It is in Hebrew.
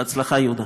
בהצלחה, יהודה.